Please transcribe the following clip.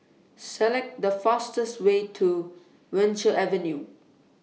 Select The fastest Way to Venture Avenue